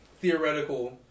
theoretical